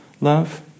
love